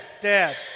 Dad